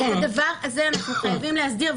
את הדבר הזה אנחנו חייבים להסדיר.